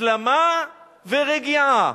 הסלמה ורגיעה.